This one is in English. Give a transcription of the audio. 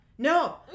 No